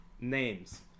names